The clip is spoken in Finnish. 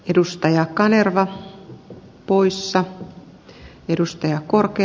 edustaja olemassa olevaksi tosiasiaksi